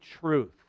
truth